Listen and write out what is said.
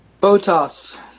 Botas